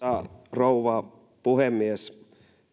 rouva puhemies